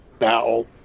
Now